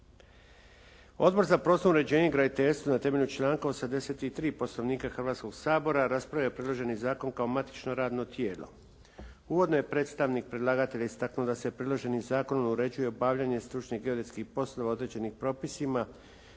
Odbor za prostorno uređenje i graditeljstvo na temelju članka 83. Poslovnika Hrvatskog sabora raspravio je predloženi zakon kao matično radno tijelo. Uvodno je predstavnik predlagatelja istaknuo da se predloženi zakon uređuje obavljanje stručnih geodetskih poslova određenih propisima